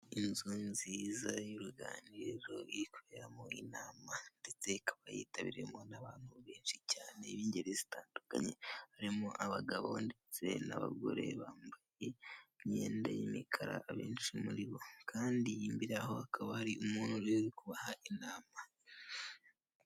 Inzu nziza y'uruganiriro iri kuberamo inama ndetse ikaba yitabiriwemo n'abantu benshi cyane bingeri zitandukanye harimo abagabo ndetse n'amagore bambaye imyenda y'imikara abenshi muri bo kandi imbere yaho hakaba hari umuntu uri kubaha inama.